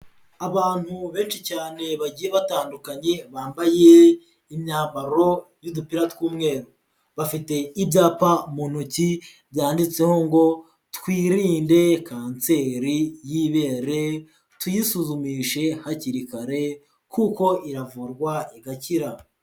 Abantu benshi cyane bagiye batandukanye bambaye imyambaro y'udupira tw'umweru, bafite ibyapa mu ntoki byanditseho ngo twirinde kanseri y'ibere, tuyisuzumishe hakiri kare kuko iravurwa igakira.